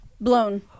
blown